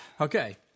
Okay